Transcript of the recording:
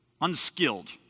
Unskilled